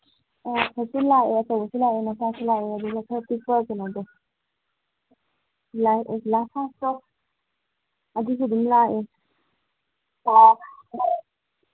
ꯑꯥ Fortune ꯂꯥꯛꯑꯦ ꯑꯆꯧꯕꯁꯨ ꯂꯥꯛꯑꯦ ꯃꯆꯥꯁꯨ ꯂꯥꯛꯑꯦ ꯑꯗꯨꯒ ꯈꯔ ꯄꯤꯛꯄ ꯀꯩꯅꯣꯗꯣ ꯂꯥꯔꯖ ꯂꯥꯔꯖ ꯁꯥꯏꯖꯇꯣ ꯑꯗꯨꯁꯨ ꯑꯗꯨꯝ ꯂꯥꯛꯑꯦ ꯑꯥ